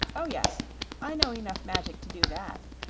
oh yes i know enough magic to do that,